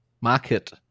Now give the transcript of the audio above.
market